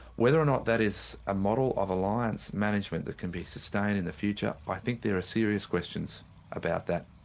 whether or not that is a model of alliance management that can be sustained in the future, i think there are serious questions about that.